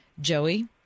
Joey